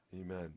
Amen